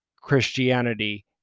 Christianity